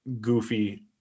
Goofy